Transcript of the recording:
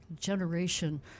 generation